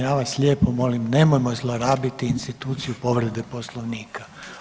Ja vas lijepo molim nemojmo zlorabiti instituciju povrede Poslovnika.